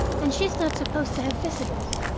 and she's not supposed to have visitors.